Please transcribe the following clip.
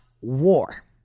War